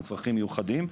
ילדים עם צרכים מיוחדים,